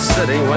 City